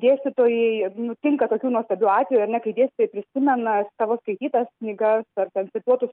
dėstytojai nutinka tokių nuostabių atvejųar ne kai dėstytojai prisimena savo skaitytas knygas ar ten cituotus